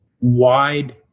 wide